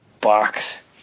box